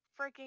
freaking